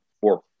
four